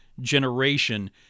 Generation